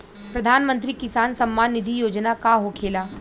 प्रधानमंत्री किसान सम्मान निधि योजना का होखेला?